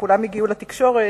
שכולן הגיעו לתקשורת,